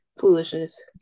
Foolishness